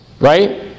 right